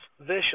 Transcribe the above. vicious